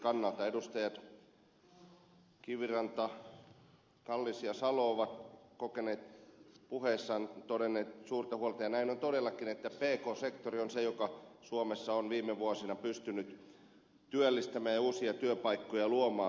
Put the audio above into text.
edustajat kiviranta kallis ja salo ovat puheissaan todenneet suurta huolta ja näin on todellakin että pk sektori on se joka suomessa on viime vuosina pystynyt työllistämään ja uusia työpaikkoja luomaan